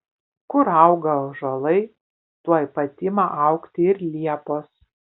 kur auga ąžuolai tuoj pat ima augti ir liepos